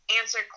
answer